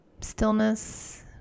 Stillness